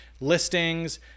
listings